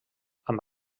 amb